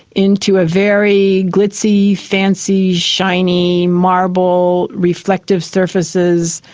into a very glitzy, fancy, shiny, marble, reflective surfaces,